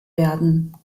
werden